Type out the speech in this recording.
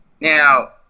Now